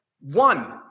one